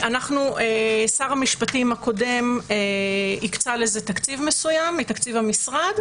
שר המשפטים הקודם הקצה לזה תקציב מסוים מתקציב המשרד.